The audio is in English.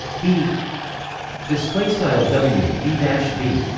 b displaystyle w vdash b